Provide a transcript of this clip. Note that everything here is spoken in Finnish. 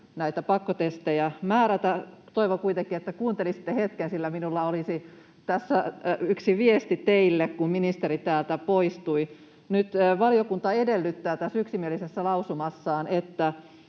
istuntosalista] — Toivon kuitenkin, että kuuntelisitte hetken, sillä minulla olisi tässä yksi viesti teille, kun ministeri täältä poistui. Nyt valiokunta edellyttää tässä yksimielisessä lausumassaan,